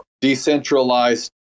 decentralized